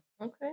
Okay